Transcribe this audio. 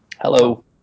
Hello